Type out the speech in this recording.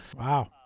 Wow